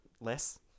Less